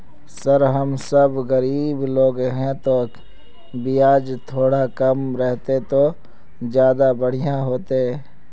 sir हम सब गरीब लोग है तो बियाज थोड़ा कम रहते तो ज्यदा बढ़िया होते